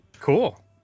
Cool